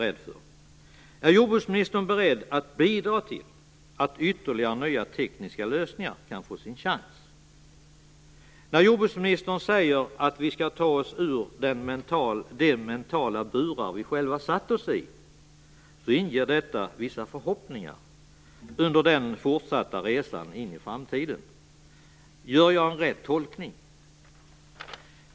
Är jordbruksministern beredd att bidra till att ytterligare nya tekniska lösningar kan få sin chans? När jordbruksministern säger att vi skall ta oss ur de mentala burar som vi själva satt oss i inger det vissa förhoppningar under den fortsatta resan in i framtiden. Gör jag en rätt tolkning?